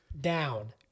down